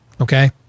okay